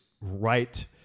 right